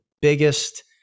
biggest